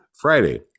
friday